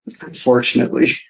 Unfortunately